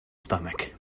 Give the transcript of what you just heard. stomach